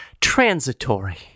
transitory